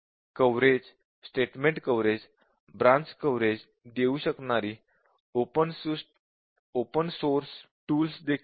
coverage statement coverage branch coverage देऊ शकणारी open source tools देखील आहेत